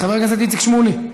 חבר הכנסת איציק שמולי,